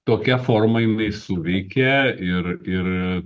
tokia forma jinai suveikė ir ir